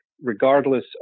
regardless